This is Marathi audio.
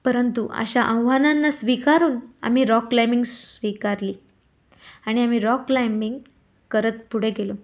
परंतु अशा आव्हानांना स्वीकारून आम्ही रॉक क्लाइम्बिंग स्वीकारली आणि आम्ही रॉक क्लाइम्बिंग करत पुढे गेलो